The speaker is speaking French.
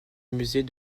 musée